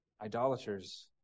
Idolaters